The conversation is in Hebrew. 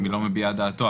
אם היא לא מביעה את דעתו.